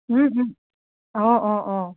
অঁ অঁ অঁ